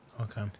Okay